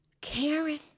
Karen